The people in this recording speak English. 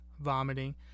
vomiting